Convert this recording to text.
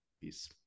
Peace